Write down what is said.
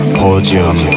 podium